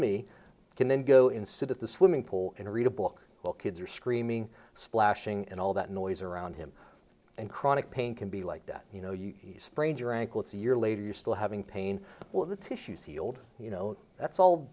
me can then go in sit at the swimming pool and read a book while kids are screaming splashing and all that noise around him and chronic pain can be like that you know you sprain your ankle it's a year later you're still having pain with the tissues healed you know that's all